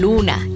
Luna